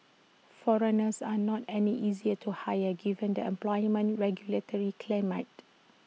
foreigners are not any easier to hire given the employment regulatory climate